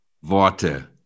Worte